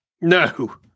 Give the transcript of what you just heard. No